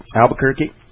Albuquerque